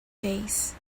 days